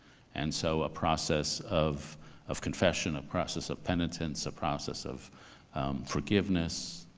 and so a process of of confession, a process of penitence, a process of forgiveness,